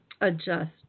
adjust